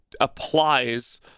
applies